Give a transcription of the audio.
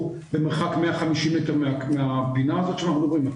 במרחק 150 מטר מהפינה הזאת שאנחנו מדברים,